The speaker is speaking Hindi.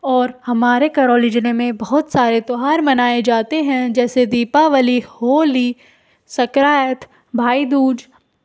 और हमारे करौली जिले में बहुत सारे त्यौहार मनाए जाते हैं जैसे दीपावली होली सकरैत भाईदूज गोवर्धन